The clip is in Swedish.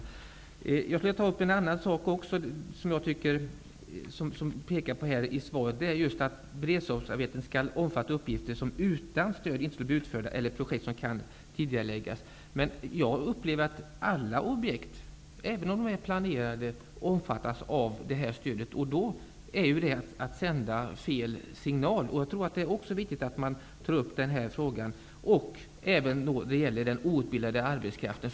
Jag skall även ta upp en annan sak som arbetsmarknadsministern pekar på i svaret, nämligen att beredskapsarbeten skall omfatta uppgifter som utan stöd inte skulle bli utförda eller projekt som kan tidigareläggas. Men jag upplever att alla objekt, även om de är planerade, omfattas av detta stöd. Då innebär detta att man sänder fel signaler. Det är viktigt att man tar upp denna fråga, och även när det gäller den outbildade arbetskraften.